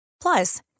Plus